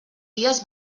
dies